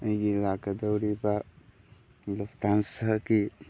ꯑꯩꯒꯤ ꯂꯥꯛꯀꯗꯧꯔꯤꯕ ꯂꯨꯐꯇꯥꯟꯁꯍꯒꯤ